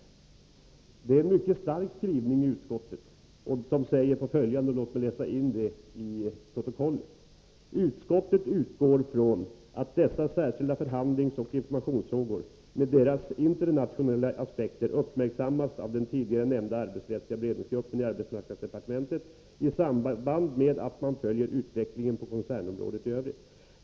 Utskottet presterar en mycket stark skrivning och framhåller bl.a. följande: ”Utskottet utgår från att dessa särskilda förhandlingsoch informationsfrågor med deras internationella aspekter uppmärksammas av den tidigare nämnda arbetsrättsliga beredningsgruppen i arbetsmarknadsdepartementet i samband med att man följer utvecklingen på koncernområdet i övrigt.